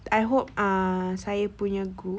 I hope err saya punya group